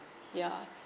ya